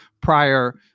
prior